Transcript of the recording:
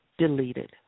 Deleted